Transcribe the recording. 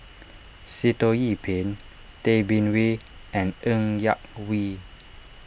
Sitoh Yih Pin Tay Bin Wee and Ng Yak Whee